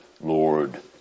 Lord